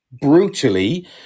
brutally